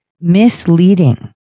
misleading